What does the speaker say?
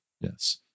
Yes